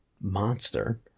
Monster